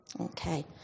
Okay